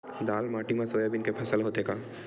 लाल माटी मा सोयाबीन के फसल होथे का?